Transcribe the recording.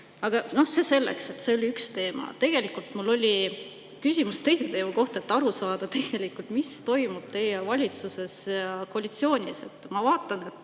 Aga see selleks, see oli üks teema. Tegelikult oli mul küsimus teise teema kohta, et aru saada (Naerab.), mis toimub teie valitsuses ja koalitsioonis. Ma vaatan, et